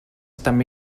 també